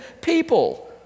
people